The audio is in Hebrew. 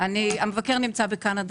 המבקר נמצא בקנדה,